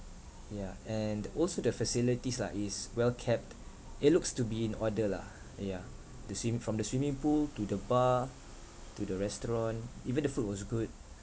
yeah and also the facilities lah is well kept it looks to be in order lah yeah the swimmi~ from the swimming pool to the bar to the restaurant even the food was good